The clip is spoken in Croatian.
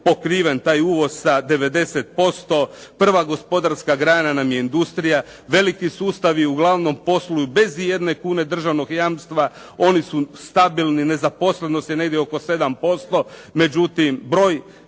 pokriven, taj uvoz sa 90%. Prva gospodarska grana nam je industrija. Veliki sustavi uglavnom posluju bez ijedne kune državnog jamstva. Oni su stabilni, nezaposlenost je negdje oko 7%. Međutim broj